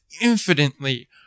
infinitely